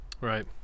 Right